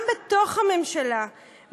גם בתוך הממשלה,